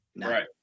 Right